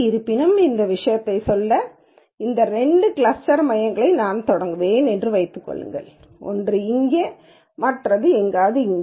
இருப்பினும் இந்த விஷயத்தைச் சொல்ல இந்த இரண்டு கிளஸ்டர் மையங்களையும் நான் தொடங்குவேன் என்று வைத்துக் கொள்ளுங்கள் ஒன்று இங்கே மற்றும் எங்காவது இங்கே